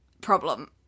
problem